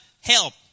help